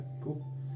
cool